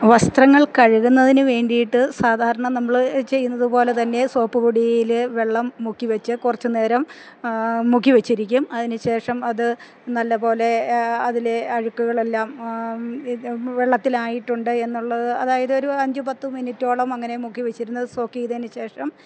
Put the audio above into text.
വസ്ത്രങ്ങൾ കഴുകുന്നതിനുവേണ്ടിയിട്ട് സാധാരണ നമ്മള് ചെയ്യുന്നതുപോലെ തന്നെ സോപ്പ് പൊടിയില് വെള്ളം മുക്കിവച്ച് കുറച്ചു നേരം മുക്കിവച്ചിരിക്കും അതിനുശേഷം അത് നല്ലപോലെ അതിലെ അഴുക്കുകളെല്ലാം ഇത് വെള്ളത്തിലായിട്ടുണ്ട് എന്നുള്ളത് അതായത് ഒരു അഞ്ചുപത്തു മിനിറ്റോളം അങ്ങനെ മുക്കിവച്ചിരുന്നത് സോക്കേയ്തതിനുശേഷം